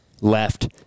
left